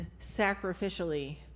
sacrificially